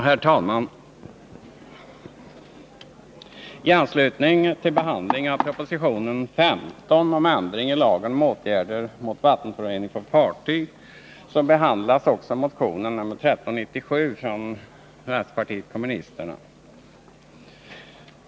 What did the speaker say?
Herr talman! I anslutning till jordbruksutskottets behandling av propositionen 15 om ändring i lagen om åtgärder mot vattenförorening från fartyg behandlas också motionen nr 1397 från vänsterpartiet kommunisterna.